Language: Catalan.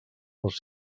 els